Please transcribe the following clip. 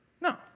No